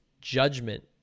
judgment